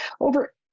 over